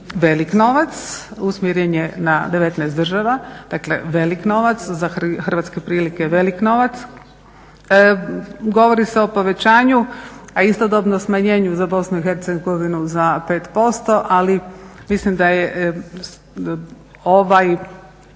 velik novac, usmjeren je na 19 država, dakle velik novac, za hrvatske prilike velik novac. Govori se o povećanju, a istodobno smanjenju za BiH za 5%, ali mislim da je ovaj